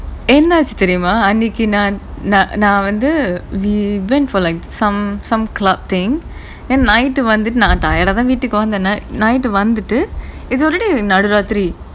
என்னாச்சு தெரியுமா அன்னைக்கி நான் நான் நான் வந்து:ennachu theriyumaa annaiki naan naan naan vanthu we went for like some some club thing then night வந்துட்டு நான்:vanthutu naan tired ah தான் வீட்டுக்கு வந்தேன்:thaan veetuku vanthaen night வந்துட்டு:vanthutu is already நடுராத்திரி:naduraathiri